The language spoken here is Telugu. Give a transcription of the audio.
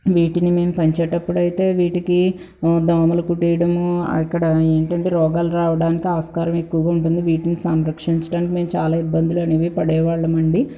వీటిని మేము పంచేటప్పుడైతే వీటికి దోమలు కుట్టేయడము అక్కడ ఏంటంటే రోగాలు రావడానికి ఆస్కారం ఎక్కువగా ఉంటుందండి వీటిని సంరక్షించుకోవటానికి చాలా ఇబ్బందులనేవి పడే వాళ్ళం అండి